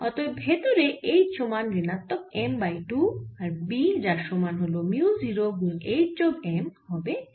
অতএব ভেতরে H সমান ঋণাত্মক M বাই 2 আর B যার সমান হল মিউ 0 গুন H যোগ M হবে মিউ 0 M বাই 2